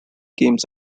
games